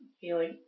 feeling